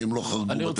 כי הם לא חרגו בתקציב,